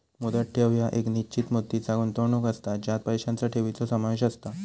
मुदत ठेव ह्या एक निश्चित मुदतीचा गुंतवणूक असता ज्यात पैशांचा ठेवीचो समावेश असता